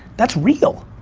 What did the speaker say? that's real.